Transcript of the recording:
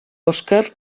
oscar